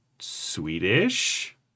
Swedish